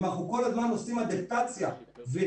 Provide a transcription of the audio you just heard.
אם אנחנו כל הזמן עושים אדפטציה ושינוי,